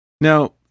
Now